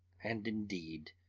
and, indeed,